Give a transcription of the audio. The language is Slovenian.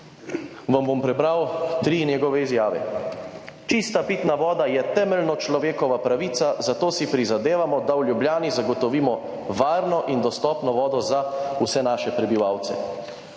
vam bom prebral 3 njegove izjave. »Čista pitna voda je temeljna človekova pravica, zato si prizadevamo, da v Ljubljani zagotovimo varno in dostopno vodo za vse naše prebivalce.